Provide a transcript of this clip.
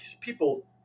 people